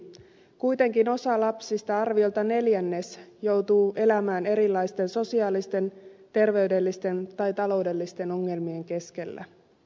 kuitenkin osa lapsista arviolta neljännes joutuu elämään erilaisten sosiaalisten terveydellisten tai taloudellisten ongelmien keskellä